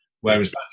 whereas